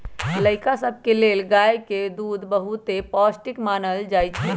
लइका सभके लेल गाय के दूध बहुते पौष्टिक मानल जाइ छइ